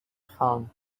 phone